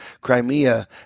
Crimea